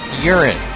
urine